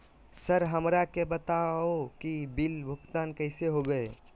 Sir हमरा के बता हो कि बिल भुगतान कैसे होबो है?